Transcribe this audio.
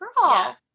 Girl